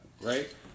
right